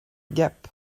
gap